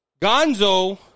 Gonzo